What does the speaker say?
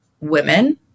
women